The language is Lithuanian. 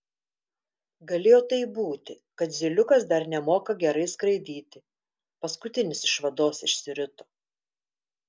galėjo taip būti kad zyliukas dar nemoka gerai skraidyti paskutinis iš vados išsirito